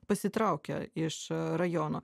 pasitraukia iš rajono